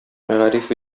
мәгариф